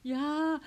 ya